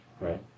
right